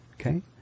Okay